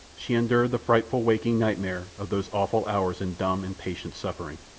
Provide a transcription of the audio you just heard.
she endured the frightful waking nightmare of those awful hours in dumb and patient suffering.